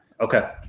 Okay